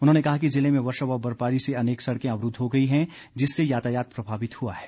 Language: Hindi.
उन्होंने कहा कि जिले में वर्षा व बर्फबारी से अनेक सड़कें अवरूद्व हो गई हैं जिससे यातायात प्रभावित हुआ है